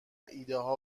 ایدهها